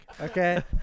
okay